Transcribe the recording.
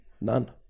None